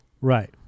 Right